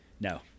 No